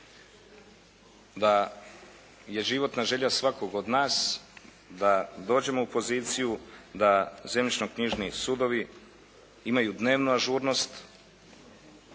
da je životna želja svakog od nas da dođemo u poziciju da zemljišno-knjižni sudovi imaju dnevno ažurnost,